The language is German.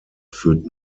führt